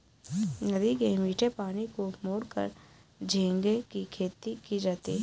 नदी के मीठे पानी को मोड़कर झींगे की खेती की जाती है